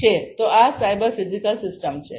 તો આ cyber physical system છે